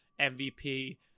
MVP